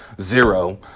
zero